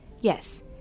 Yes